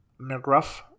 McGruff